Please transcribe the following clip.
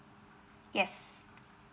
yes